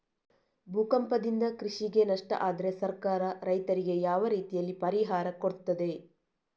ಭೂಕಂಪದಿಂದ ಕೃಷಿಗೆ ನಷ್ಟ ಆದ್ರೆ ಸರ್ಕಾರ ರೈತರಿಗೆ ಯಾವ ರೀತಿಯಲ್ಲಿ ಪರಿಹಾರ ಕೊಡ್ತದೆ?